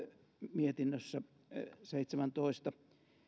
mietinnössä seitsemäntoista